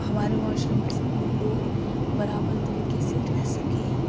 ہمارے معاشرے میں سبھی لوگ برابر طریقے سے رہ سکیں